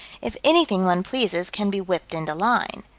if anything one pleases can be whipped into line.